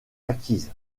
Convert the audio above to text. acquise